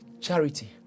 charity